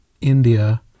India